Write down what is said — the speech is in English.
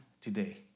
today